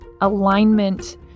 alignment